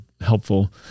helpful